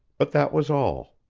but that was all.